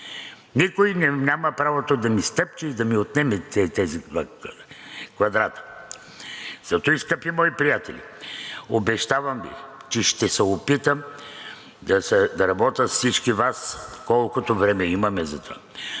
Никой няма правото да ми стъпче и да ми отнеме тези два квадрата. Затуй, скъпи мои приятели, обещавам Ви, че ще се опитам да работя с всички Вас колкото време имаме за това.